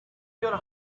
your